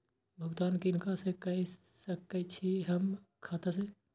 भुगतान किनका के सकै छी हम खाता से?